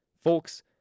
Folks